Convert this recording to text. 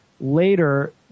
later